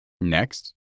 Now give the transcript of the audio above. Next